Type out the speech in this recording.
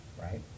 right